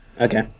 Okay